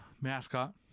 mascot